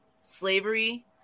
slavery